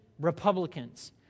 Republicans